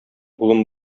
улым